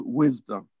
wisdom